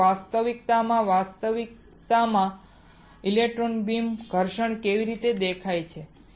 તેથી વાસ્તવિકતામાં વાસ્તવિકતામાં ઇલેક્ટ્રોન બીમ ઘર્ષણ કેવી દેખાય છે